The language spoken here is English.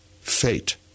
fate